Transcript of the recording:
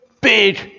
big